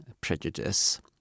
prejudice